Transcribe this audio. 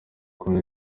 kumi